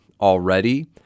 already